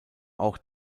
auch